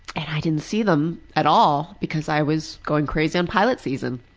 and i didn't see them at all because i was going crazy on pilot season.